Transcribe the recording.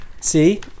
See